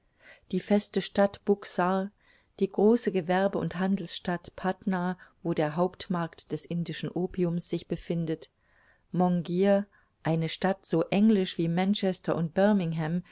die feste stadt buxar die große gewerbe und handelsstadt patna wo der hauptmarkt des indischen opiums sich befindet monghir eine stadt so englisch wie manchester und